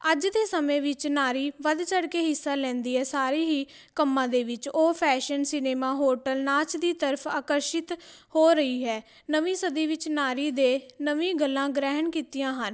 ਅੱਜ ਦੇ ਸਮੇਂ ਵਿੱਚ ਨਾਰੀ ਵੱਧ ਚੜ ਕੇ ਹਿੱਸਾ ਲੈਂਦੀ ਹੈ ਸਾਰੇ ਹੀ ਕੰਮਾਂ ਦੇ ਵਿੱਚ ਉਹ ਫੈਸ਼ਨ ਸਿਨੇਮਾ ਹੋਟਲ ਨਾਚ ਦੀ ਤਰਫ਼ ਆਕਰਸ਼ਿਤ ਹੋ ਰਹੀ ਹੈ ਨਵੀਂ ਸਦੀ ਵਿੱਚ ਨਾਰੀ ਨੇ ਨਵੀਂ ਗੱਲਾਂ ਗ੍ਰਹਿਣ ਕੀਤੀਆਂ ਹਨ